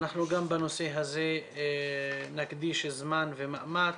גם בנושא הזה נקדיש זמן ומאמץ